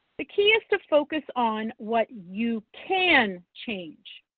the key is to focus on what you can change.